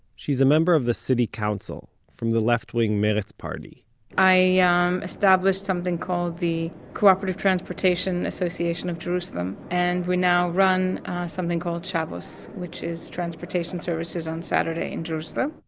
she's a member of the city council, from the left-wing meretz party i yeah um established something called the cooperative transportation association of jerusalem and we now run something called shabus, which is transportation services on saturday in jerusalem